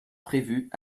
prévues